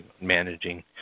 managing